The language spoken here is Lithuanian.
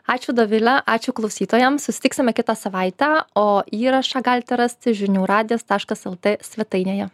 ačiū dovile ačiū klausytojams susitiksime kitą savaitę o įrašą galite rasti žinių radijas taškas lt svetainėje